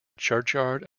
churchyard